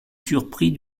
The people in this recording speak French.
surpris